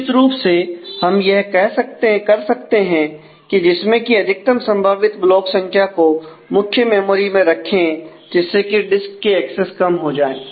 निश्चित रूप से हम यह कर सकते हैं जिसमें की अधिकतम संभावित ब्लॉक संख्या को मुख्य मेमोरी में रखें जिससे कि डिस्क के एक्सेस कम हो जाए